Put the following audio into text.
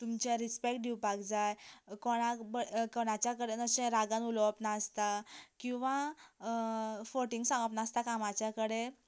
तुमच्या रिस्पेक्ट दिवपाक जाय कोणाक बळ कोणाच्या कडेन अशें रागान उलोवप नासता किंवा फटींग सांगप नासता कामाच्या कडेन